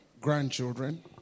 grandchildren